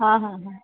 हाँ हाँ हाँ